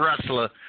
wrestler